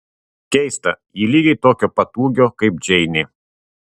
keista ji lygiai tokio pat ūgio kaip džeinė